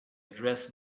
address